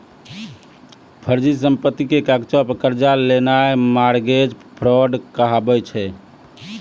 फर्जी संपत्ति के कागजो पे कर्जा लेनाय मार्गेज फ्राड कहाबै छै